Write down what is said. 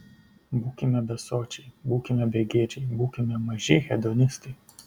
būkime besočiai būkime begėdžiai būkime maži hedonistai